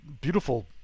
beautiful